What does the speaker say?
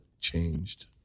changed